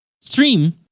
stream